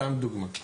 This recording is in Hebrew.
סתם לדוגמה.